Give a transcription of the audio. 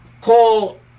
call